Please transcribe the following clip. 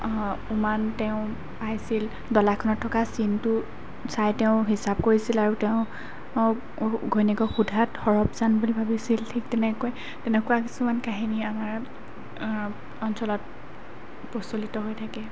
উমান তেওঁ পাইছিল দলাখনত থকা চিনটো চাই তেওঁ হিচাপ কৰিছিল আৰু তেওঁ ঘৈণীয়েকক সোধাত সৰবজান বুলি ভাবিছিল ঠিক তেনেকৈ তেনেকুৱা কিছুমান কাহিনী আমাৰ অঞ্চলত প্ৰচলিত হৈ থাকে